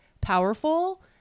powerful